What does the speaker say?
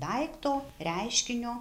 daikto reiškinio